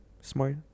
Smart